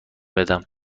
بدم